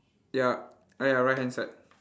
ya ah ya right hand side